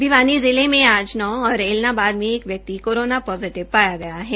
भिवानी जिले मे आज नौ और ऐलनाबाद मे एक व्यक्ति कोरोना पोजिटिव पाया गया है